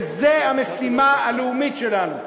וזו המשימה הלאומית שלנו,